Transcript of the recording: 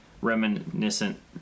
reminiscent